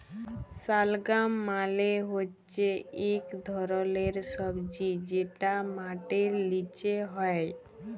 শালগাম মালে হচ্যে ইক ধরলের সবজি যেটা মাটির লিচে হ্যয়